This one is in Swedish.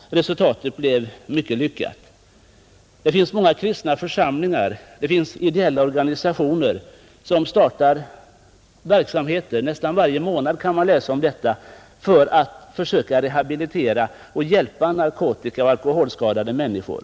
Men resultatet blev lyckat. Många kristna församlingar och ideella organisationer startar också verksamheter för att försöka ,rehabilitera och hjälpa narkotikaoch alkoholskadade människor.